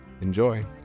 Enjoy